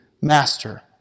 master